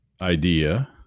idea